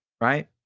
right